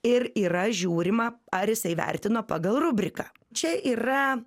ir yra žiūrima ar jisai vertino pagal rubriką čia yra